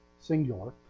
singular